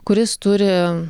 kuris turi